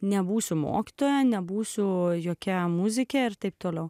nebūsiu mokytoja nebūsiu jokiam muzike ir taip toliau